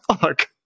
fuck